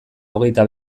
hogeita